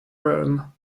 rome